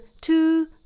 two